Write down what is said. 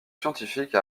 scientifique